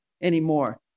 anymore